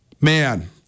man